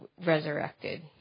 resurrected